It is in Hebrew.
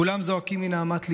כולם זועקים מנהמת ליבם,